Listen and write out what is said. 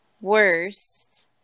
worst